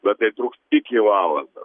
bet tai truks iki valanda